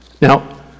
Now